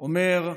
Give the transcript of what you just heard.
אומר: